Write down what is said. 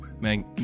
Man